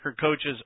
coaches